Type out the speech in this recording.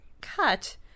cut